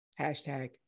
Hashtag